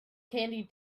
candy